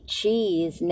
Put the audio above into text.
cheese